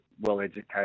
well-educated